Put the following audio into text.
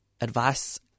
advice